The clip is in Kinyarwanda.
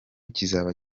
kizaba